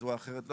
בצורה אחרת.